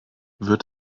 wird